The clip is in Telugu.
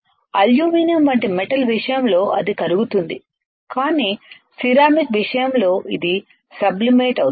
అల్యూమినియం వంటి మెటల్ విషయంలో అది కరుగుతుంది కానీ సిరామిక్స్ విషయంలో ఇది సబ్లి మేట్ అవుతుంది